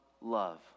love